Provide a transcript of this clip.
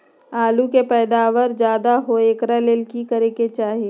आलु के पैदावार ज्यादा होय एकरा ले की करे के चाही?